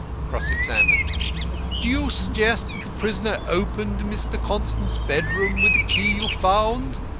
cross-examined do you suggest that the prisoner opened mr. constant's bedroom with the key you found?